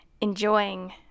enjoying